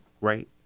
right